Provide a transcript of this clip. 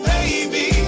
Baby